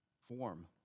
form